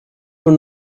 were